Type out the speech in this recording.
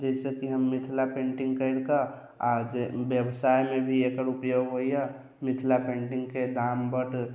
जैसे कि हम मिथिला पेंटिंग करि कऽ आ जे व्यवसायमे भी एकर उपयोग होइए मिथिला पेंटिंगके दाम बड्ड